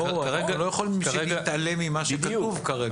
לא יכולים להתעלם ממה שכתוב כאן.